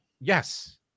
Yes